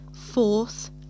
fourth